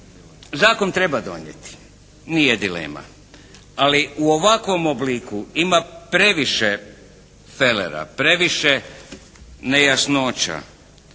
zakon treba donijeti, nije dilema. Ali u ovakvom obliku ima previše felera, previše nejasnoća.